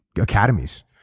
academies